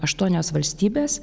aštuonios valstybės